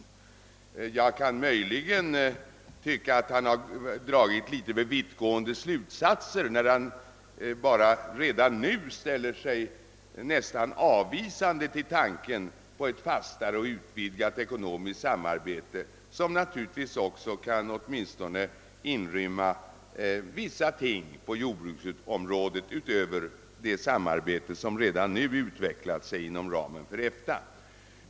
Möjligen kan jag tycka att herr Hansson dragit litet för vittgående slutsatser när han redan nu ställer sig nästan avvisande till tanken på ett fastare och utvidgat ekonomiskt samarbete, som naturligtvis också kan inrymma vissa ting på jordbruksområdet utöver det samarbete som redan nu utvecklat sig inom ramen för EFTA.